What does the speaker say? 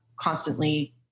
constantly